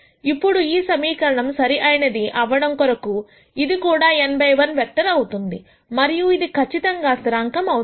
ఇప్పుడు ఈ సమీకరణం సరి అయినది అవ్వడం కొరకు ఇది కూడా n బై 1 వెక్టర్ అవుతుంది మరియు ఇది ఖచ్చితంగా స్థిరాంకం అవుతుంది